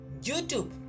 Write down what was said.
youtube